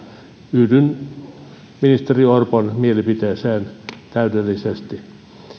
yhdyn ministeri orpon mielipiteeseen täydellisesti